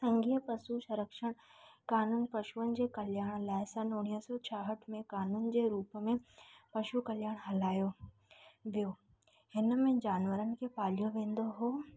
संघीय पशु सरंक्षण क़ानून पशुअनि जे कल्याण लाइ सन उणिवीह सौ छाहठि में क़ानून जे रूप में पशु कल्याण हलायो वियो हिन में जानवरनि खे पालियो वेंदो हो